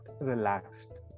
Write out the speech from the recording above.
relaxed